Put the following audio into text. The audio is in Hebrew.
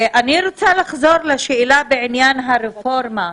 אני רוצה לחזור לשאלה בעניין הרפורמה.